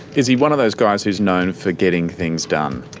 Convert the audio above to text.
is he one of those guys who's known for getting things done?